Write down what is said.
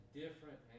different